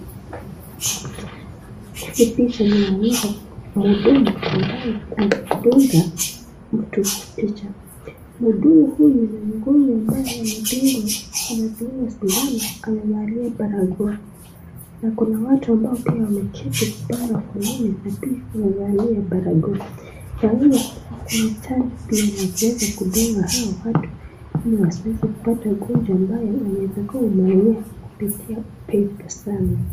picha inaonyesha mdungu ambaye anadunga mtu picha. Mdungu huyu na mgonjwa ambaye anadungwa anadunga sindano amevalia baragwa. Na kuna watu ambao pia wameketi kupanga foleni na pia wamevalia baragwa. Yawezekana kuwa kuna chanjo pia na kuweza kudunga hao watu ili wasiweze kupata ugonjwa ambayo wanaweza kuwa wameumia kupitia upepo sana.